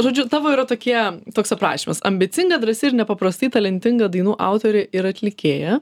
žodžiu tavo yra tokie toks aprašymas ambicinga drąsi ir nepaprastai talentinga dainų autorė ir atlikėja